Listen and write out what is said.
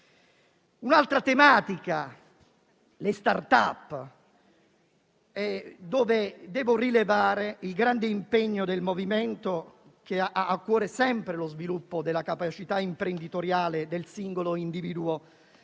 Un'altra tematica sono le *startup*, per cui devo rilevare il grande impegno del MoVimento, che ha a cuore sempre lo sviluppo della capacità imprenditoriale del singolo individuo